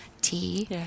tea